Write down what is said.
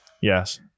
Yes